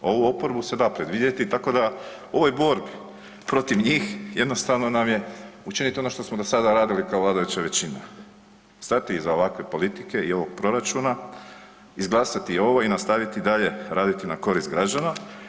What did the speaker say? Ovu oporbu se da predvidjeti tako da u ovoj borbi protiv njih jednostavno nam je učiniti ono što smo do sada radili kao vladajuća većina, stati iza ovakve politike i ovog proračuna, izglasati i ovo i nastaviti i dalje raditi na korist građana.